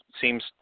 seems